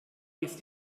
ist